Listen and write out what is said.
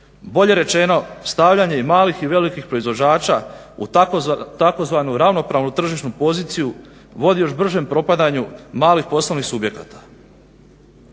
bolje rečeno stavljanje i malih i velikih proizvođača u tzv. ravnopravnu tržišnu poziciju vodi još bržem propadanju malih poslovnih subjekata.